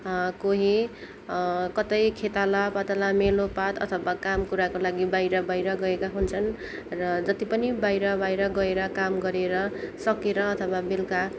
कोही कतै खेताला पातला मेलो पात अथवा काम कुराको लागि बाहिर बाहिर गएको हुन्छन् र जति पनि बाहिर बाहिर गएर काम गरेर सकेर अथवा बेलुका